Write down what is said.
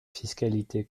fiscalité